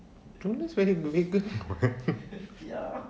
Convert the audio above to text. jonas very vegan makan